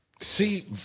See